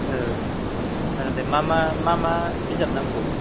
जागोन दे मा मा बिजाब नांगौ